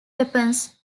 weapons